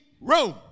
room